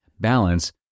balance